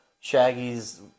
Shaggy's